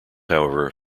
however